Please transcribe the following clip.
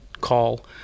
call